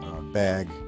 bag